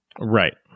Right